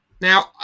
Now